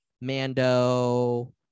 Mando